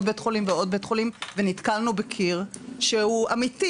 בית חולים ועוד בית חולים ונתקלנו בקיר שהוא אמיתי,